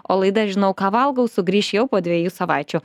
o laida žinau ką valgau sugrįš jau po dviejų savaičių